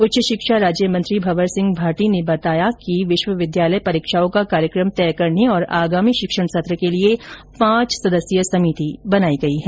उच्च शिक्षा राज्यमंत्री भंवर सिंह भाटी ने बताया कि विश्वविद्यालय परीक्षाओं का कार्यक्रम तय करने और आगामी शिक्षण सत्र के लिए पांच सदस्यीय समिति बनाई गई है